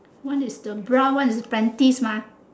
one is the bra one is the panties mah